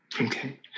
Okay